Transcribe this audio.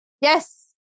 Yes